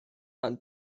and